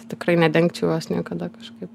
tai tikrai nedenkčiau jos niekada kažkaip